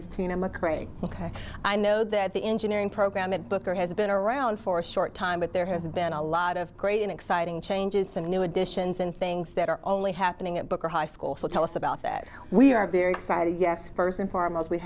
is tina mcrae ok i know that the engineering program at booker has been around for a short time but there have been a lot of great and exciting changes and new additions and things that are only happening at booker high school so tell us about that we are very excited yes first and foremost we